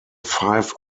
five